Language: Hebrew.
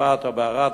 בצפת או בערד,